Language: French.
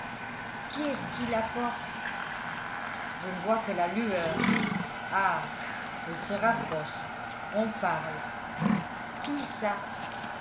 qui la porte je ne vois que la lueur ah elle se rapproche on parle qui ça